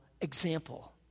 example